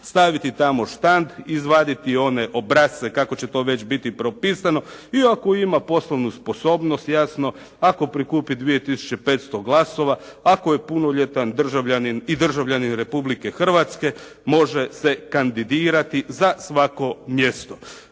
staviti tamo štand, izvaditi one obrasce kako će to već biti propisano, i ako ima poslovnu sposobnost, jasno, ako prikupi 2 tisuće 500 glasova, ako je punoljetan, i državljanin Republike Hrvatske, može se kandidirati za svako mjesto.